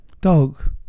Dog